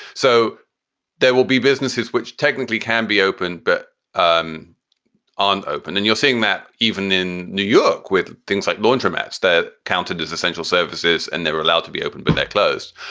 so there will be businesses which technically can be open but on on open. and you're seeing that even in new york with things like laundromats that counted as essential services and they were allowed to be open, but they're closed.